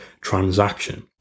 transaction